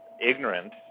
ignorant